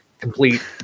complete